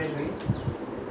just eat something here